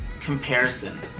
comparison